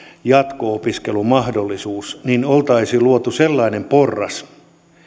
jatko opiskelumahdollisuus oltaisiin luotu sellainen porras